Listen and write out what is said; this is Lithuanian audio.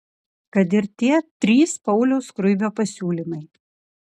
kad ir tie trys pauliaus skruibio pasiūlymai